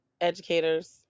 educators